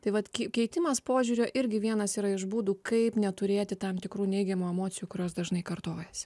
tai vat kei keitimas požiūrio irgi vienas yra iš būdų kaip neturėti tam tikrų neigiamų emocijų kurios dažnai kartojasi